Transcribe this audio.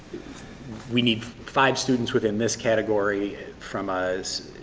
we need five students within this category from ah